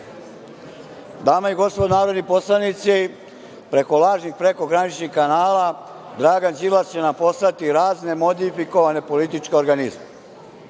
Dame i gospodo narodni poslanici, preko lažnih prekograničnih kanala Dragan Đilas će nas poslati razne modifikovane političke organizme. Malopre